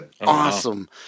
awesome